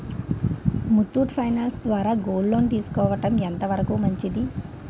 Muthoot finance ద్వారా gold loan తీసుకోవడం ఎంత వరకు మంచిది?